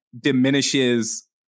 diminishes